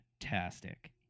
fantastic